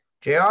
JR